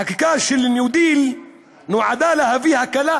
החקיקה של הניו דיל נועדה להביא הקלה